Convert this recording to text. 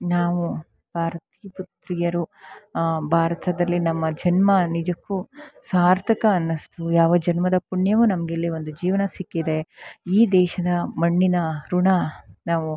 ನಾವು ಭಾರತಿ ಪ್ರಿಯರು ಭಾರತದಲ್ಲಿ ನಮ್ಮ ಜನ್ಮ ನಿಜಕ್ಕು ಸಾರ್ಥಕ ಅನ್ನಿಸ್ತು ಯಾವ ಜನ್ಮದ ಪುಣ್ಯವೊ ನಮಗೆ ಇಲ್ಲಿ ಒಂದು ಜೀವನ ಸಿಕ್ಕಿದೆ ಈ ದೇಶದ ಮಣ್ಣಿನ ಋಣ ನಾವು